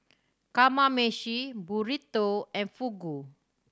Kamameshi Burrito and Fugu